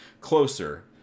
Closer